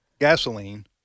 gasoline